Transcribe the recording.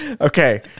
Okay